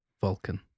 Vulcan